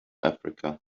africa